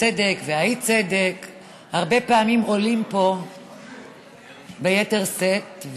והצדק והאי-צדק הרבה פעמים עולים פה ביתר שאת.